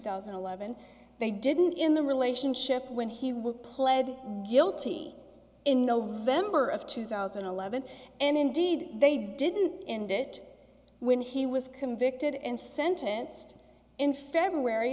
thousand and eleven they didn't in the relationship when he would pled guilty in november of two thousand and eleven and indeed they didn't in that when he was convicted and sentenced in february